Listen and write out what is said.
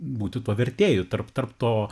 būti vertėju tarp tarp to